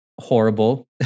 horrible